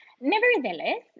Nevertheless